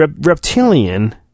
Reptilian